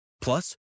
Plus